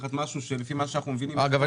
לקחת משהו שלפי מה שאנחנו מבינים --- אגב,